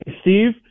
Steve